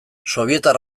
sobietar